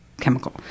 chemical